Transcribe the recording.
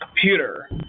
computer